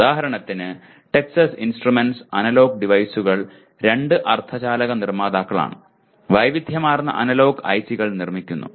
ഉദാഹരണത്തിന് Texas Instruments analog ഡിവൈസുകൾ രണ്ട് അർദ്ധചാലക നിർമ്മാതാക്കളാണ് വൈവിധ്യമാർന്ന അനലോഗ് ഐസികൾ നിർമ്മിക്കുന്നു